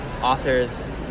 authors